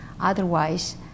Otherwise